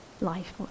life